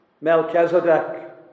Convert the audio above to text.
Melchizedek